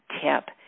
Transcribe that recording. tip